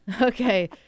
Okay